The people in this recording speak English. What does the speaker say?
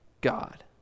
God